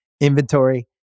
inventory